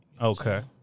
Okay